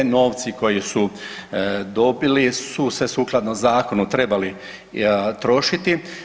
Novci koje su dobili su se sukladno zakonu trebali trošiti.